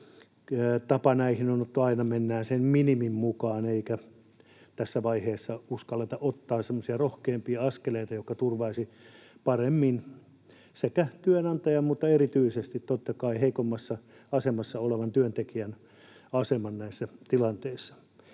tapa näihin on, että aina mennään sen minimin mukaan eikä tässä vaiheessa uskalleta ottaa semmoisia rohkeampia askeleita, jotka turvaisivat paremmin sekä työnantajan mutta erityisesti totta kai heikommassa asemassa olevan työntekijän aseman näissä tilanteissa.